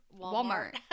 Walmart